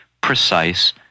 precise